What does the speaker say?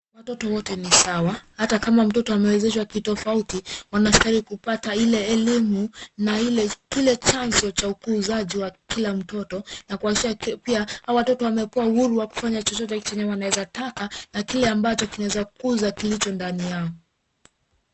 Watoto wote ni sawa hata kama mtoto amewezeshwa kitofauti wanastahili kupata ile elimu na kile chanzo cha ukuzaji wa kila mtoto na kuhakikisha pia hao watoto wamepewa uhuru wa kufanya chochote chenye wanaweza taka na kile ambacho kinaweza kuza kilicho ndani yao.